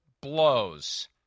blows